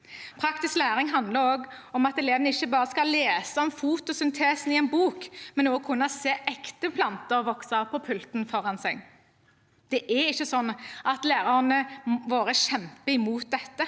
Praktisk læring handler også om at elevene ikke bare skal lese om fotosyntesen i en bok, men også kunne se ekte planter vokse på pulten foran seg. Det er ikke sånn at lærerne våre kjemper imot dette.